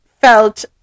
felt